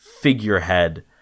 figurehead